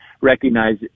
recognize